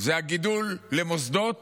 זה הגידול למוסדות